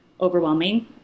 overwhelming